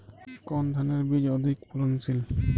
কোন ধানের বীজ অধিক ফলনশীল?